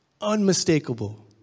Unmistakable